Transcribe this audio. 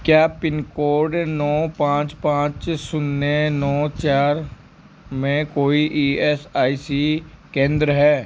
क्या pin code नौ पाँच पाँच शून्य नौ चार में कोई ई एस आई सी केंद्र है